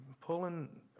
pulling